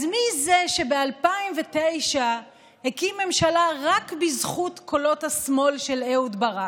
אז מי זה שב-2009 הקים ממשלה רק בזכות קולות השמאל של אהוד ברק?